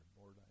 Lord